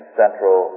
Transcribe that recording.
central